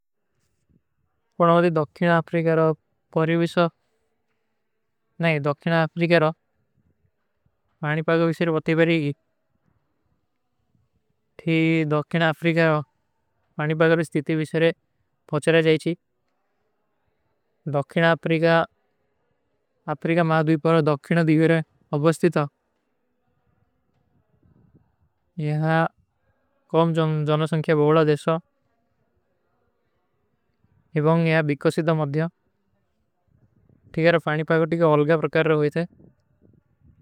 ପର ଆପକା ସ୍ଵାଗତ କେ ଲିଏ ଦୌଖିନା ଆପରିଗାର ପରିଵିସ। ନହୀଂ, ଦୌଖିନା ଆପରିଗାର ଫାଣିପାଗ ଵିଶେର ଵତି ବରୀ ଥୀ, ଦୌଖିନା ଆପରିଗାର ଫାଣିପାଗ ଵିଶ୍ତିତି ଵିଶେରେ ଭୁଚରା ଜାଈଚୀ। ଦୌଖିନା ଆପରିଗାର, ଆପରିଗାର ମାଦୁଈ ପର ଦୌଖିନା ଦୀଵିରେ ଅବସ୍ତିତ ହୈ। ଯହାଁ କୌମ ଜନୋଂ ସଂଖେ ବହୁଲା ଦେଶା। ଏବଂଗ ଯହାଁ ବିକ୍କୋ ସିଦ୍ଧ ମଦ୍ଯା। ଠୀକ ହୈ ରଫାଣିପାଗଟୀ କା ଅଲଗା ପ୍ରକାର ରହୋଯ ଥେ।